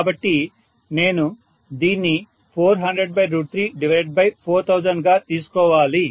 కాబట్టి నేను దీన్ని40034000గా తీసుకోవాలి